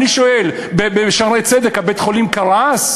אני שואל, בית-החולים "שערי צדק" קרס?